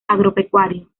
agropecuario